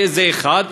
זה דבר אחד.